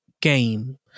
game